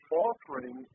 offering